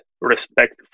respect